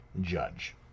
judge